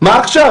מה עכשיו?